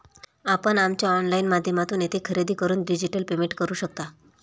आपण आमच्या ऑनलाइन माध्यमातून येथे खरेदी करून डिजिटल पेमेंट करू शकता